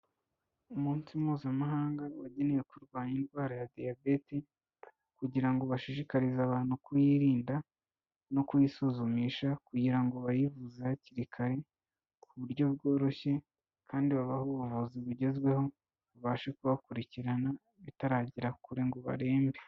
Umunsi mpuzamahanga wagenewe kurwanya indwara ya diyabete kugira ngo bashishikarize abantu kuyirinda no kuyisuzumisha kugira ngo bayivuze hakiri kare ku buryo bworoshye kandi babahe ubuzi bugezweho babashe kubakurikirana bitaragera kure ngo barembe.